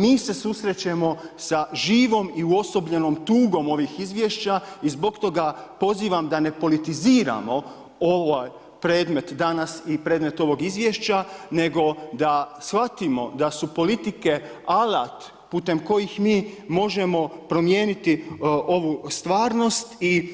Mi se susrećemo sa živom i usobljenom tugom ovih izvješća i zbog toga pozivam da ne politiziramo ovaj predmet danas i predmet ovog izvješća, nego da shvatimo da su politike alat putem kojeg mi možemo promijeniti ovu stvarnost i